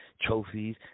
trophies